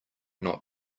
not